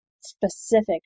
specific